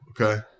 Okay